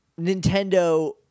Nintendo